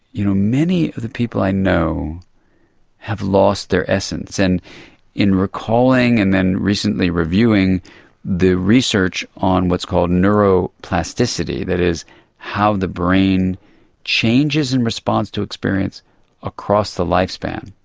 you know many of the people i know have lost their essence. and in recalling and recently reviewing the research on what's called neuroplasticity, that is how the brain changes in response to experience across the lifespan,